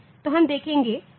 तो हम देखेंगे कि